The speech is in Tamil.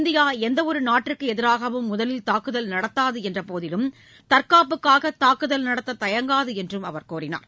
இந்தியா எந்தவொரு நாட்டிற்கு எதிராகவும் முதலில் தாக்குதல் நடத்தாது என்ற போதிலும் தற்காப்புக்காக தாக்குதல் நடத்த தயங்காது என்றும் அவர் குறிப்பிட்டார்